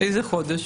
איזה חודש?